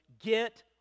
Get